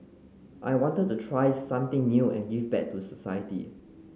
I wanted to try something new and give back to society